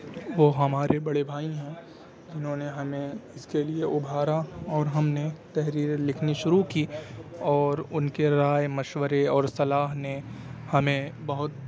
وہ ہمارے بڑے بھائی ہیں جنہوں نے ہمیں اس کے لیے ابھارا اور ہم نے تحریریں لکھنی شروع کی اور ان کے رائے مشورے اور صلاح نے ہمیں بہت